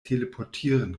teleportieren